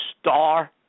star